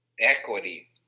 equity